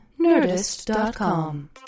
Nerdist.com